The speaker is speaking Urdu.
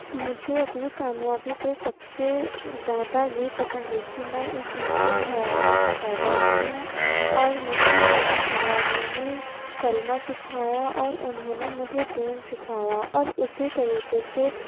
مجھے اپنی کامیابی پہ سب سے زیادہ یہ پسند ہے کہ میں ایک مسلم گھرانے میں پیدا ہوئی ہوں اور مجھے میرے گھر والوں نے کلمہ سکھایا اور انہوں نے مجھے دین سکھایا اور اسی طریقے سے